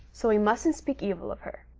so we mustn't speak evil of her.